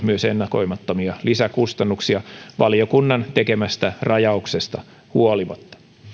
myös ennakoimattomia lisäkustannuksia valiokunnan tekemästä rajauksesta huolimatta